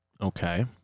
Okay